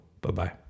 Bye-bye